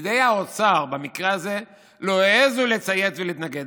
פקידי האוצר במקרה הזה לא העזו לצייץ ולהתנגד.